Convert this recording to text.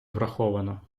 враховано